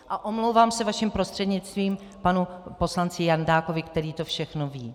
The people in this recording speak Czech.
A omlouvám se vaším prostřednictvím panu poslanci Jandákovi, který to všechno ví.